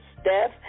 Steph